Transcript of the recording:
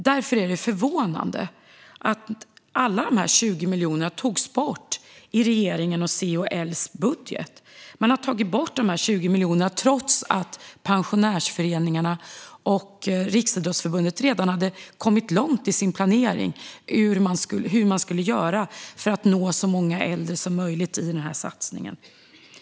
Därför är det förvånande att de 20 miljonerna togs bort i regeringens, C:s och L:s budget, trots att pensionärsorganisationerna och Riksidrottsförbundet redan hade kommit långt i sin planering hur man skulle göra för att nå så många äldre som möjligt i den här satsningen.